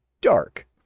dark